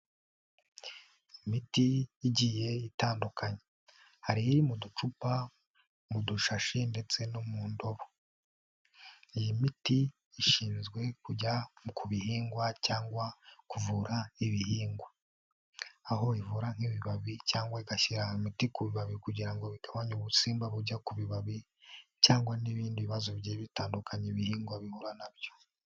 Imiti igiye itandukanye, hari iri mu ducupa, mu dushashi ndetse no mu ndobo, iyi miti ishinzwe kujya ku bihingwa cyangwa kuvura ibihingwa, aho ivura nk'ibibabi cyangwa igashyira imiti ku bibabi kugira ngo igabanye ubutsimba bujya ku bibabi cyangwa n'ibindi bibazo bitandukanye ihingwa bihura nabyo.